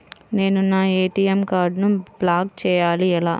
నేను నా ఏ.టీ.ఎం కార్డ్ను బ్లాక్ చేయాలి ఎలా?